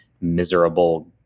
miserable